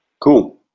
Cool